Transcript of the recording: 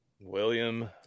William